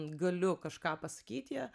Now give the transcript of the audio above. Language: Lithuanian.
galiu kažką pasakyt ja